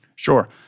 Sure